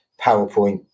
powerpoint